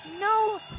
No